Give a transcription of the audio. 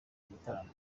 gitaramo